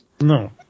No